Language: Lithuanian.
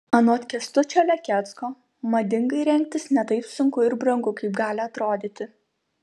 anot kęstučio lekecko madingai rengtis ne taip sunku ir brangu kaip gali atrodyti